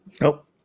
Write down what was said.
Nope